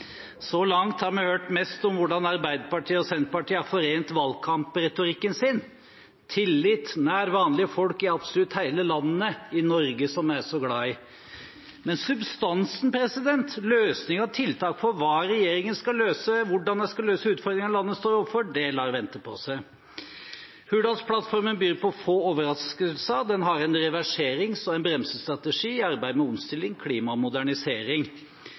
Så langt har vi hørt mest om hvordan Arbeiderpartiet og Senterpartiet har forent valgkampretorikken sin – tillit, nær vanlige folk i absolutt hele landet, i Norge som vi er så glad i. Men substansen, løsninger og tiltak for hva regjeringen skal løse, hvordan man skal løse utfordringene landet står overfor, lar vente på seg. Hurdalsplattformen byr på få overraskelser. Den har en reverserings- og bremsestrategi i arbeidet med omstilling, klima og modernisering.